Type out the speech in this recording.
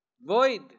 Void